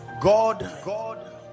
God